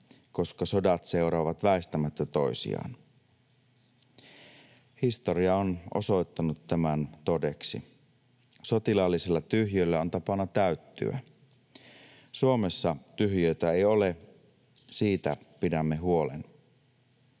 koska sodat seuraavat väistämättä toisiaan. Historia on osoittanut tämän todeksi. Sotilaallisilla tyhjiöillä on tapana täyttyä. Suomessa tyhjiötä ei ole, siitä pidämme huolen.